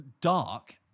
dark